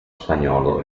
spagnolo